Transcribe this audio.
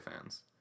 fans